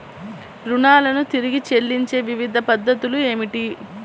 రుణాలను తిరిగి చెల్లించే వివిధ పద్ధతులు ఏమిటి?